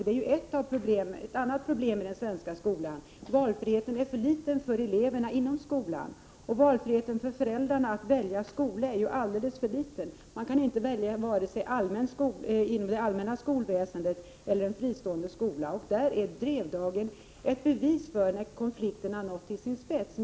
Det är nämligen ett annat problem i den svenska skolan. Valfriheten är för liten för eleverna inom skolan. Möjligheten för föräldrarna att välja skola är också alldeles för liten. Man kan varken välja inom det allmänna skolväsendet eller välja en fristående skola. Drevdagen är ett exempel där konflikterna har nått sin spets.